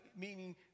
meaning